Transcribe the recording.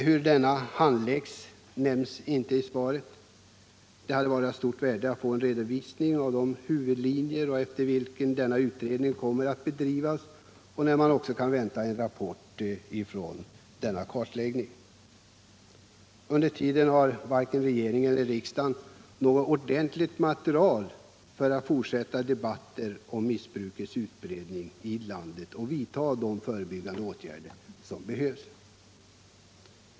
Hur denna sker omnämns inte i svaret. Det hade varit av stort värde att få en redovisning av de huvudlinjer efter vilka denna utredning kommer att bedrivas och när den väntas lämna en rapport. Under tiden har varken regeringen eller riksdagen något ordentligt material för fortsatta debatter om missbrukets utbredning i landet och för att vidta de åtgärder som behövs.